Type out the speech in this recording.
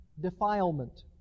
defilement